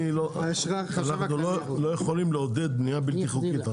אנחנו לא יכולים לעודד בנייה בלתי חוקית,